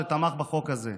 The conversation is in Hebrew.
שתמך בחוק הזה,